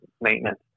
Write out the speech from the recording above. maintenance